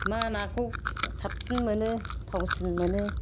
मा नाखौ साबसिन मोनो थावसिन मोनो